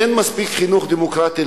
אין מספיק חינוך דמוקרטי,